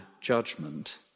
judgment